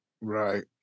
Right